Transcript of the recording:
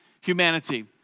Humanity